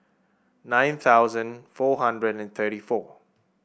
nine thousand four hundred and thirty four